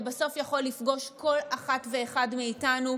זה בסוף יכול לפגוש כל אחת ואחד מאיתנו,